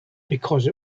because